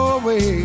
away